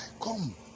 come